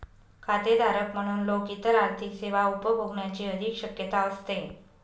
खातेधारक म्हणून लोक इतर आर्थिक सेवा उपभोगण्याची अधिक शक्यता असते